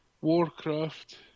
Warcraft